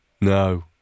No